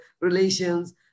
relations